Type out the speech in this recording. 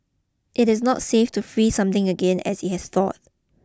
it is not safe to freeze something again as it has thawed